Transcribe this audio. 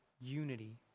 unity